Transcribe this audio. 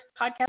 podcast